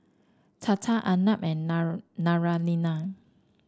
Tata Arnab and Naraina